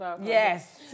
Yes